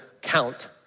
count